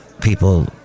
People